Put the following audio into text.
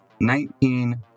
nineteen